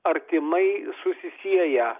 artimai susisieję